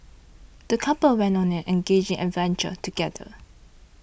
the couple went on an enriching adventure together